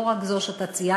לא רק זו שציינת,